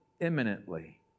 imminently